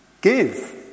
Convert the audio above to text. give